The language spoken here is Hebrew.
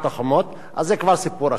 זה כבר סיפור אחר.